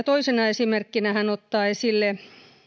toisena esimerkkinä hän ottaa esille